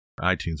iTunes